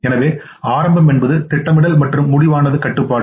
எனவே ஆரம்பம் என்பது திட்டமிடல் மற்றும் முடிவானது கட்டுப்பாடு